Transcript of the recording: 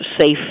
safe